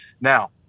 Now